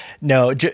No